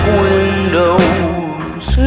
windows